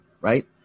right